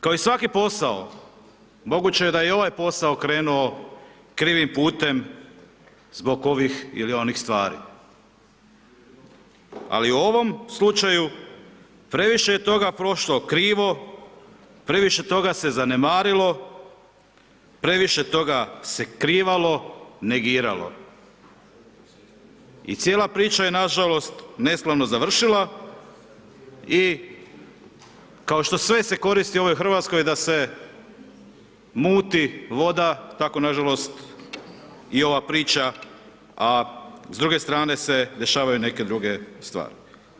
Kao svaki posao, moguće je da je i ovaj posao krenuo krivim putem zbog ovih ili onih stvari, ali u ovom slučaju previše je toga prošlo krivo, previše toga se zanemarilo, previše toga se krivalo, negiralo i cijela priča je nažalost neslavno završila i kao što sve se koristi u ovoj RH da se muti voda, tako nažalost i ova priča, a s druge strane se dešavaju neke druge stvari.